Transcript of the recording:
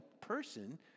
person